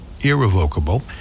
irrevocable